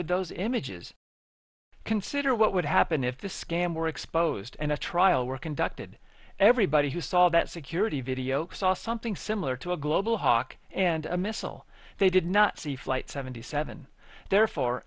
with those images consider what would happen if the scam were exposed and a trial were conducted everybody who saw that security video saw something similar to a global hawk and a missile they did not see flight seventy seven therefore